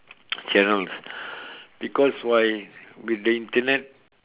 channels because why with the Internet